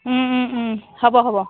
হ'ব হ'ব